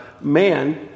man